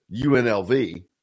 UNLV